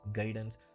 guidance